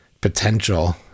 potential